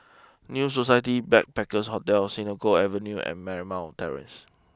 new Society Backpackers' Hotel Senoko Avenue and Marymount Terrace